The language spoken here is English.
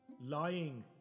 lying